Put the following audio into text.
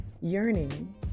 yearning